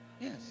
Yes